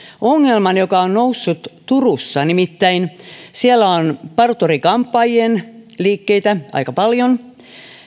ongelman joka on noussut turussa nimittäin siellä on parturi kampaajien liikkeitä aika paljon